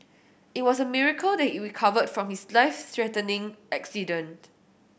it was a miracle that he recovered from his life threatening accident